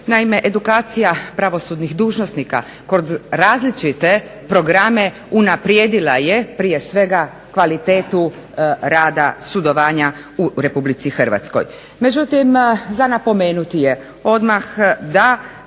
Naime, edukacija pravosudnih dužnosnika kroz različite programe unaprijedila je prije svega kvalitetu rada sudovanja u RH. Međutim, za napomenuti je odmah da